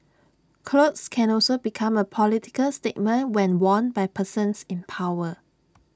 clothes can also become A political statement when worn by persons in power